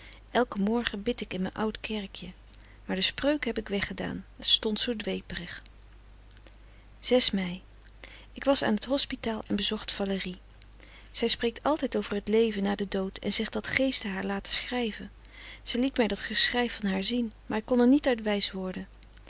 elken morgen bid ik in mijn oud kerkje maar de spreuken heb ik weggedaan het stond zoo dweeperig ei k was aan t hospitaal en bezocht valérie zij spreekt altijd over t leven na den dood en zegt dat geesten haar laten schrijven zij liet mij dat geschrijf van haar zien maar ik kon er niet uit wijs worden